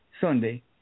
Sunday